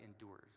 endures